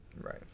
Right